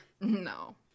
No